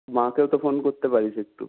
মাকেও তো ফোন করতে পারিস একটু